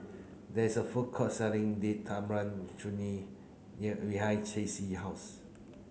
there is a food court selling Date Tamarind Chutney behind Stacie house